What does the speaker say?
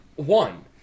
One